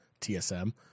TSM